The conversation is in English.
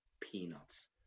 peanuts